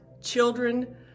children